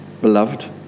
beloved